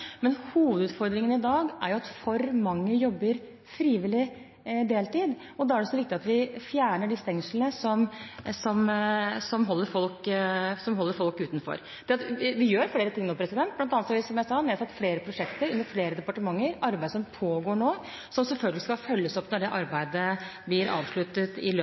Men hovedutfordringen i dag er at for mange jobber deltid frivillig. Det er viktig at vi fjerner de stengslene som holder folk utenfor. Vi gjør flere ting nå. Blant annet har vi – som jeg sa – igangsatt flere prosjekter under flere departementer. Det er arbeid som pågår nå, som selvfølgelig skal følges opp når det arbeidet blir avsluttet i